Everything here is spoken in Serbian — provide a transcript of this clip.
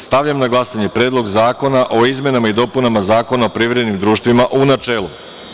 Stavljam na glasanje Predlog zakona o izmenama i dopuna Zakona o privrednim društvima, u načelu.